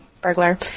burglar